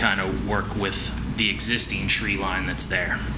kind of work with the existing tree line that's there